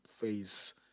face